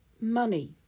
Money